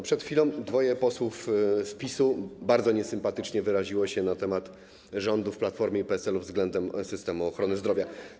Przed chwilą dwoje posłów z PiS-u bardzo niesympatycznie wyraziło się na temat rządów Platformy i PSL-u względem systemu ochrony zdrowia.